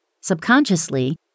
Subconsciously